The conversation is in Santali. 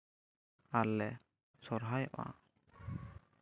ᱟᱨᱞᱮ ᱥᱚᱨᱦᱟᱭᱚᱜᱼᱟ